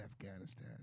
Afghanistan